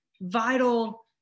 vital